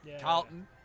Carlton